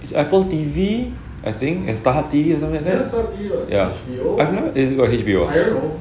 it's Apple T_V I think and Starhub T_V or something like that yeah I never watch H_B_O